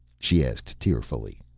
she asked tearfully.